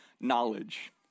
knowledge